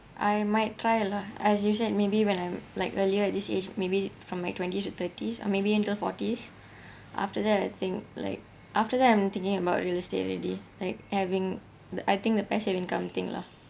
I might try lah as usual maybe when I'm like earlier at this age maybe from my twenties to thirties or maybe until forties after that I think like after that I'm thinking about real estate already like having the I think the passive income thing lah